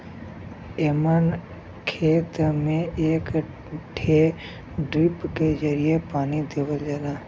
एमन खेत में एक ठे ड्रिप के जरिये पानी देवल जाला